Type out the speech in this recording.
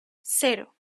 cero